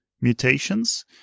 mutations